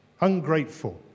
ungrateful